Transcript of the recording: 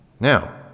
Now